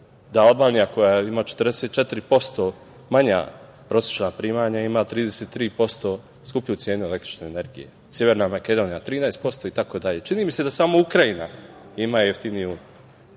Albanija koja ima 44% manja prosečna primanja ima 33% skuplju cenu električne energije. Severna Makedonija 13% itd. Čini mi se da samo Ukrajina ima jeftiniju